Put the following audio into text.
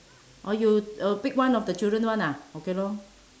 or you uh pick one of the children one ah okay lor